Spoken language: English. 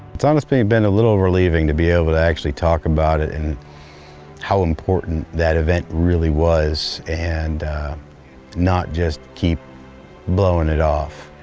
it's honestly and been a little relieving to be able to talk about it and how important that event really was and not just keep blowing it off.